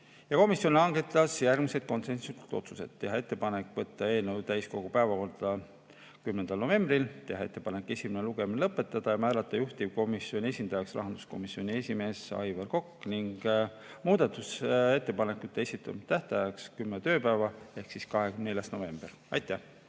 Komisjon langetas järgmised konsensuslikud otsused. Teha ettepanek võtta eelnõu täiskogu päevakorda 10. novembril, teha ettepanek esimene lugemine lõpetada ja määrata juhtivkomisjoni esindajaks rahanduskomisjoni esimees Aivar Kokk ning muudatusettepanekute esitamise tähtajaks määrata kümme tööpäeva ehk 24. november. Aitäh!